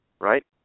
right